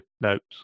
notes